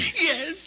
Yes